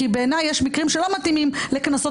כי בעיני יש מקרים שלא מתאימים לקנסות